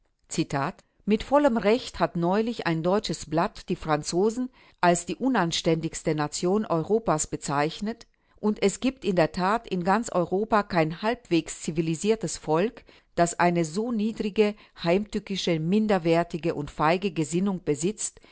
mit vollem recht hat neulich ein deutsches blatt die franzosen als die unanständigste nation europas bezeichnet und es gibt in der tat in ganz europa kein halbwegs zivilisiertes volk das eine so niedrige heimtückische minderwertige und feige gesinnung besitzt